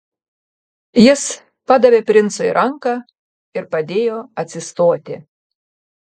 jis padavė princui ranką ir padėjo atsistoti